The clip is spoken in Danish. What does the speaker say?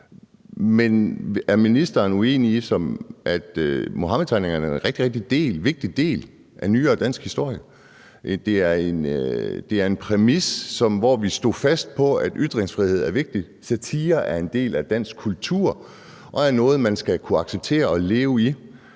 Muhammedtegningerne er – det er rigtigt – en vigtig del af nyere dansk historie. Det er en præmis, hvor vi står fast på, at ytringsfrihed er vigtigt, at satire er en del af dansk kultur og er noget, man skal kunne acceptere og leve